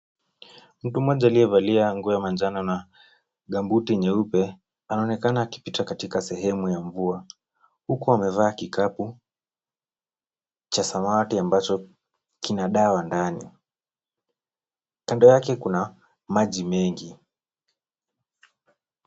Mtu mmoja aliyevalia nguo ya manjano na gambuti nyeupe anaonekana akipita katika sehemu ya mvua huku amevaa kikapu cha samawati ambacho kina dawa ndani. Kando yake kuna maji mengi.